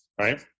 right